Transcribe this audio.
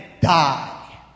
die